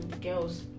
girls